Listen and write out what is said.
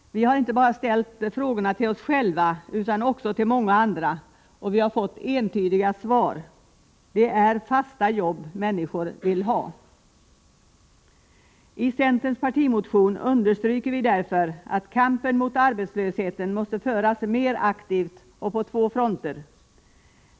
Vi har inte bara ställt frågorna till oss själva utan också till många andra, och vi har fått entydiga svar. Det är fasta jobb människor vill ha. I centerns partimotion understryker vi därför att kampen mot arbetslösheten måste föras mer aktivt och på två fronter.